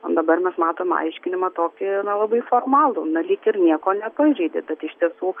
o dabar mes matome aiškinimą tokį na labai formalų na lyg ir nieko nepažeidė bet iš tiesų